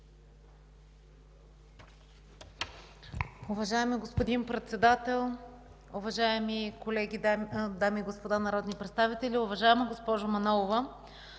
Уважаеми господин Председател, уважаеми дами и господа народни представители, уважаеми господин Стоилов!